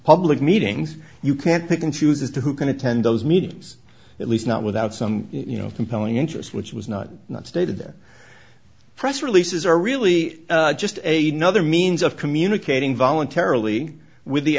public meetings you can't pick and choose as to who can attend those meetings at least not without some you know compelling interest which was not stated their press releases are really just a nother means of communicating voluntarily with the